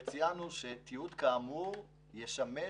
תיעוד כאמור ישמש